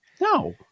no